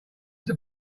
that